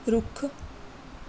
ਰੁੱਖ